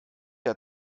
der